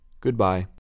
Goodbye